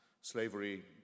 Slavery